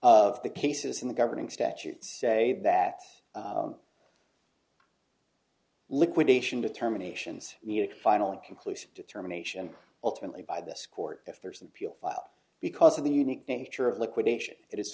of the cases in the governing statutes say that liquidation determinations need a final conclusion determination ultimately by this court if there is an appeal filed because of the unique nature of liquidation it is